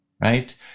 right